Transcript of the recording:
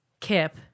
Kip